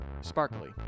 sparkly